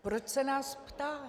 Proč se nás ptá?